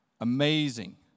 Amazing